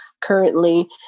currently